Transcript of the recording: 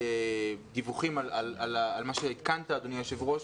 ששמעתי דיווחים על מה שעדכנת אדוני היושב ראש,